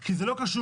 כי זה לא קשור.